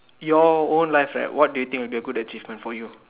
your own life eh what do you think would be a good achievement for you